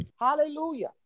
Hallelujah